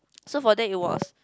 so for that it was